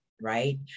right